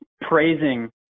praising